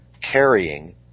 carrying